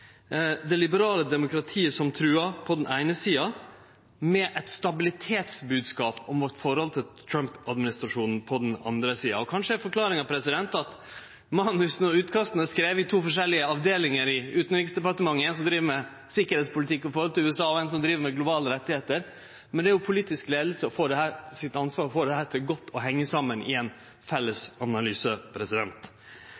med ein stabilitetsbodskap om forholdet vårt til Trump-administrasjonen på den andre sida. Kanskje er forklaringa at manusa og utkasta er skrivne i to forskjellige avdelingar i Utanriksdepartementet – éi som driv med sikkerheitspolitikk overfor USA, og éi som driv med globale rettar. Men det er jo den politiske leiinga som har ansvar for å få dette til å henge godt saman i ein